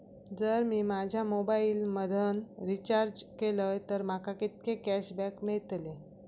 जर मी माझ्या मोबाईल मधन रिचार्ज केलय तर माका कितके कॅशबॅक मेळतले?